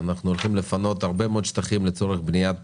אנחנו הולכים לפנות הרבה מאוד שטחים לצורך בניית